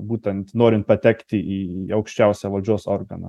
būtent norin patekti į į aukščiausią valdžios organą